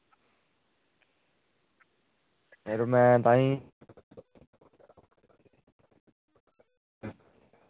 यरो में ताहीं